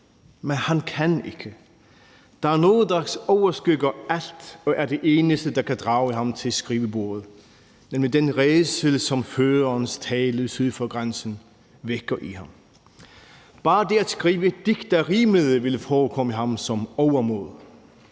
Men han kan ikke. Der er noget, der overskygger alt, og er det eneste, der kan drage ham til skrivebordet, nemlig den rædsel, som førerens tale syd for grænsen vækker i ham. Bare det at skrive et digt, der rimede, ville forekomme ham som overmod,